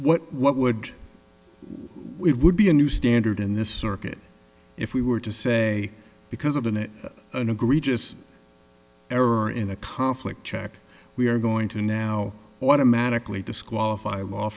what what would it would be a new standard in this circuit if we were to say because of an it an egregious error in a conflict check we are going to now automatically disqualify a law